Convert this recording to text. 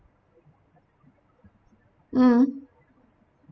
mm